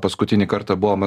paskutinį kartą buvom